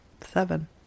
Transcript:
Seven